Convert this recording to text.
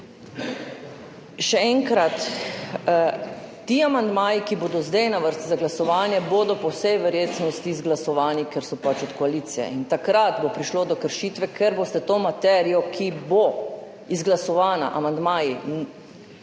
Še enkrat, ti amandmaji, ki bodo zdaj na vrsti za glasovanje, bodo po vsej verjetnosti izglasovani, ker so pač od koalicije. In takrat bo prišlo do kršitve, ker boste to materijo, ki bo izglasovana, amandmaji,